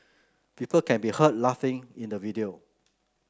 people can be heard laughing in the video